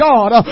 God